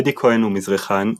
אדי כהן הוא מזרחן,